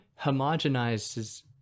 homogenizes